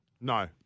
No